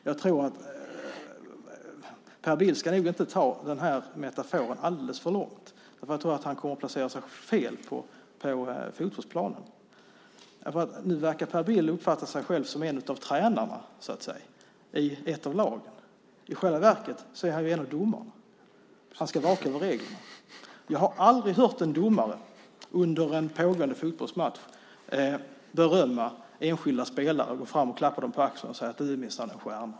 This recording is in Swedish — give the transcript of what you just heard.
Jag tror att Per Bill inte ska ta den här metaforen alldeles för långt. Jag tror att han kommer att placera sig fel på fotbollsplanen. Nu verkar Per Bill uppfatta sig själv som en av tränarna i ett av lagen. I själva verket är han en av domarna. Han ska vaka över reglerna. Jag har aldrig under en pågående fotbollsmatch hört en domare berömma enskilda spelare och gå fram och klappa dem om axeln och säga: Du är minsann en stjärna.